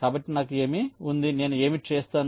కాబట్టి నాకు ఏమి ఉంది నేను ఏమి చేస్తాను